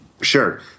Sure